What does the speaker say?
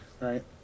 Right